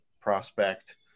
prospect